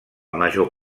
major